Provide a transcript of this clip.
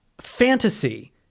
fantasy